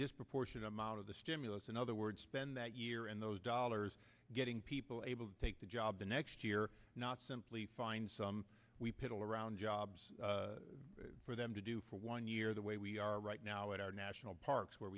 disproportionate amount of the stimulus in other words spend that year and those dollars getting people able to take the job the next year not simply find some we piddle around jobs for them to do for one year the way we are right now at our national parks where